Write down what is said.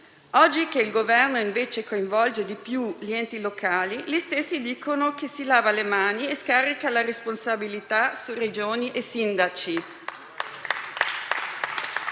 Oggi che invece il Governo coinvolge di più gli enti locali, gli stessi dicono che si lava le mani e scarica la responsabilità su Regioni e sindaci.